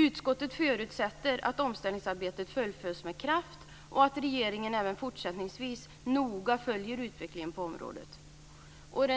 Utskottet förutsätter att omställningsarbetet fullföljs med kraft och att regeringen även fortsättningsvis noga följer utvecklingen på området. Vad